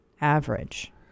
Average